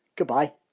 goodbye